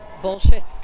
bullshit's